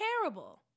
terrible